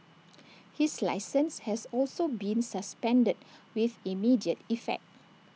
his licence has also been suspended with immediate effect